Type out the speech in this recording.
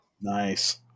Nice